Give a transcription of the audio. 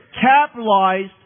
capitalized